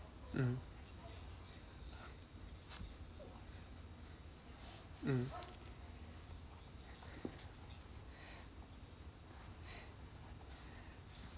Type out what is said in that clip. mm mm